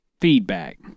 feedback